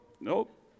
Nope